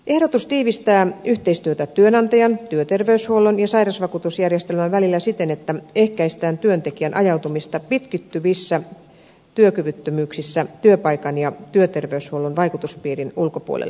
ehdotus tiivistää yhteistyötä työnantajan työterveyshuollon ja sairausvakuutusjärjestelmän välillä siten että ehkäistään työntekijän ajautumista pitkittyvissä työkyvyttömyyksissä työpaikan ja työterveyshuollon vaikutuspiirin ulkopuolelle